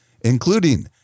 including